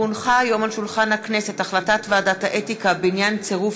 כי הונחה היום על שולחן הכנסת החלטת ועדת האתיקה בעניין צירוף